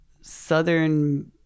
Southern